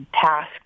task